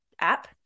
app